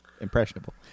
impressionable